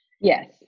Yes